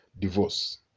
divorce